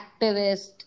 activist